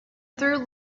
through